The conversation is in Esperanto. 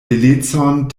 belecon